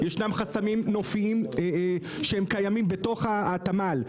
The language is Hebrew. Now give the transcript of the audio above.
ישנם חסמים נופיים שהם קיימים בתוך התמ"ל.